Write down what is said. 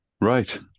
Right